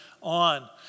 on